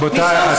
רבותיי.